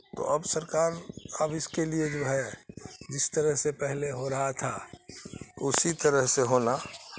تو اب سرکار اب اس کے لیے جو ہے جس طرح سے پہلے ہو رہا تھا اسی طرح سے ہونا